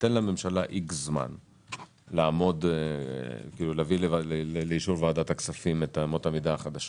וניתן לממשלה זמן מסוים להביא לאישור ועדת הכספים את אמות המידה החדשות.